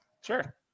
Sure